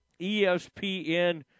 espn